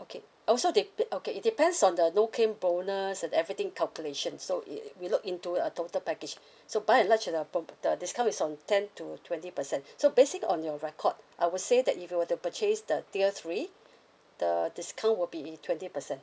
okay also dep~ okay it depends on the no claim bonus and everything calculation so it we'll look into a total package so by and large is the pro~ the discount is on ten to twenty percent so basing on your record I would say that if you were to purchase the tier three the discount will be twenty percent